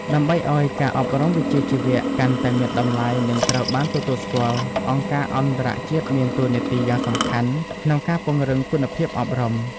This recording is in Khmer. ដើម្បីឱ្យការអប់រំវិជ្ជាជីវៈកាន់តែមានតម្លៃ និងត្រូវបានទទួលស្គាល់ អង្គការអន្តរជាតិមានតួនាទីយ៉ាងសំខាន់ក្នុងការពង្រឹងគុណភាពអប់រំ។